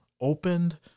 opened